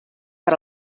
per